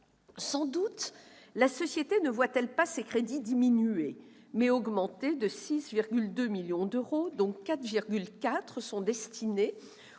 Sans doute, la société ne voit-elle pas ses crédits diminuer, mais augmenter de 6,2 millions d'euros, dont 4,4 millions